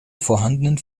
vorhandenen